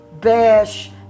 bash